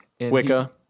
Wicca